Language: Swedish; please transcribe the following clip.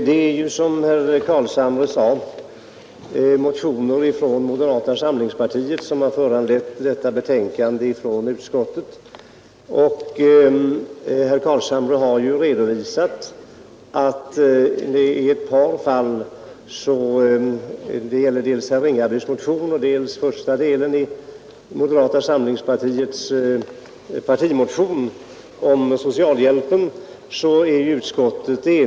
Fru talman! Som herr Carlshamre sade är det motioner från moderata samlingspartiet som föranlett detta betänkande. Herr Carlshamre har redovisat att utskottet är enigt i fråga om herr Ringabys motion och första delen av moderata samlingspartiets partimotion om socialhjälpen.